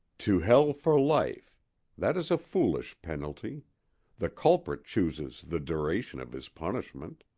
to hell for life that is a foolish penalty the culprit chooses the duration of his punishment.